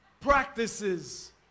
Practices